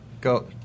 go